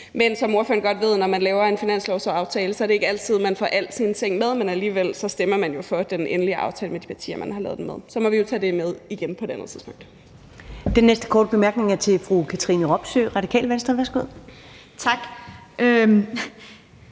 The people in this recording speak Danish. Men som ordføreren godt ved, at når man laver en finanslovsaftale, er det ikke altid, man får alle sine ting med, men alligevel stemmer man for den endelige aftale med de partier, man har lavet den med. Så vi må jo tage det med igen på et andet tidspunkt.